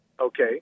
okay